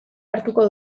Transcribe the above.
hartuko